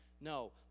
No